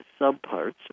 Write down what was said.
subparts